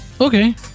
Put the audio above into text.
Okay